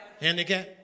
Handicap